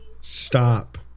Stop